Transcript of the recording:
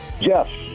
Jeff